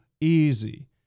easy